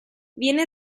viene